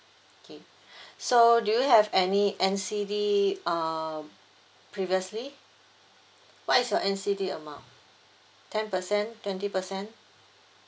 okay so do you have any N_C_D um previously what is your N_C_D amount ten percent twenty percent